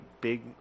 big